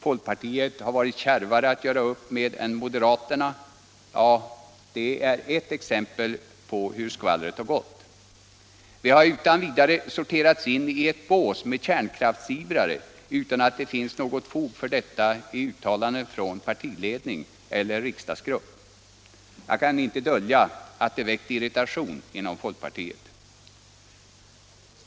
Folkpartiet har varit kärvare att göra upp med än moderaterna — det är ett exempel på hur skvallret har gått. Vi har utan vidare sorterats in i ett bås med kärnkraftsivrare, utan att det finns något fog för detta i uttalanden från partiledning eller riksdagsgrupp. Jag kan inte dölja att detta väckt irritation inom folkpartiet.